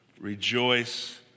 Rejoice